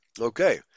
Okay